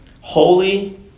holy